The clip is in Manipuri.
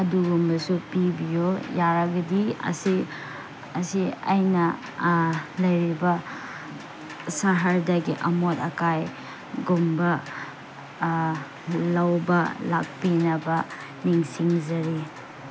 ꯑꯗꯨꯒꯨꯝꯕꯁꯨ ꯄꯤꯕꯤꯌꯨ ꯌꯥꯔꯒꯗꯤ ꯑꯁꯤ ꯑꯁꯤ ꯑꯩꯅ ꯂꯩꯔꯤꯕ ꯁꯍꯔꯗꯒꯤ ꯑꯃꯣꯠ ꯑꯀꯥꯏꯒꯨꯝꯕ ꯂꯧꯕ ꯂꯥꯛꯄꯤꯅꯕ ꯅꯤꯡꯁꯤꯡꯖꯔꯤ